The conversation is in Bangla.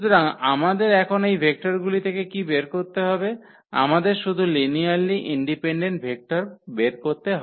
সুতরাং আমাদের এখন এই ভেক্টরগুলি থেকে কী বের করতে হবে আমাদের শুধু লিনিয়ারলি ইন্ডিপেন্ডেন্ট ভেক্টর বের করতে হয়